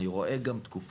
אני גם רואה תקופות